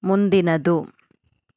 ಮುಂದಿನದು